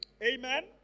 Amen